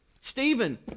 Stephen